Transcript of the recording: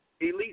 Elite